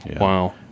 Wow